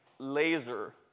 laser